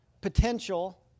potential